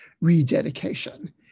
rededication